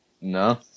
No